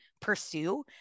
pursue